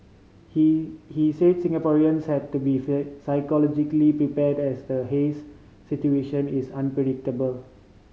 he he said Singaporeans had to be psychologically prepared as the haze situation is unpredictable